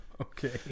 okay